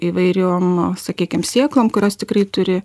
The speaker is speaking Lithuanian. įvairiom sakykim sėklom kurios tikrai turi